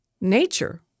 nature